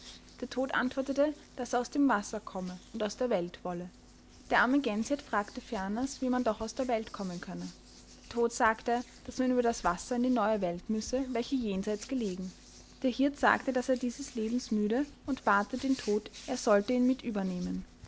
der tod antwortete daß er aus dem wasser komme und aus der welt wolle der arme gänshirt fragte ferners wie man doch aus der welt kommen könne der tod sagte daß man über das wasser in die neue welt müsse welche jenseits gelegen der hirt sagte daß er dieses lebens müde und bate den tod er sollte ihn mit